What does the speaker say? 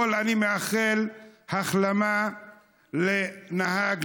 אני מאחל החלמה לנהג,